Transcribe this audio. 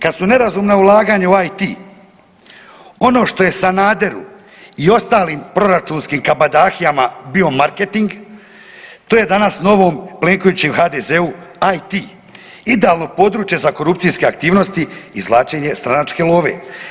Kad su nerazumna ulaganja u IT, ono što je Sanader i ostali proračunskim kabadahijama bio marketing, to je danas po novom Plenkoviću i HDZ-u, IT. idealno područje za korupcijske aktivnosti i izvlačenje stranačke love.